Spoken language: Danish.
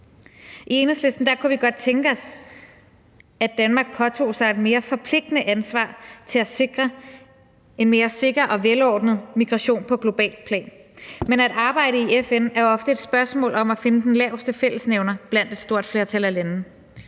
I Enhedslisten kunne vi godt tænke os, at Danmark påtog sig et mere forpligtende ansvar for at sikre en mere sikker og velordnet migration på globalt plan. Men at arbejde i FN er ofte et spørgsmål om at finde den laveste fællesnævner blandt et stort flertal af lande,